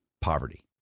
poverty